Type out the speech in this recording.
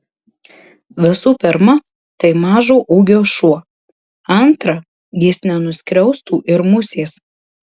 visų pirma tai mažo ūgio šuo antra jis nenuskriaustų ir musės